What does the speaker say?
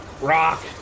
Rock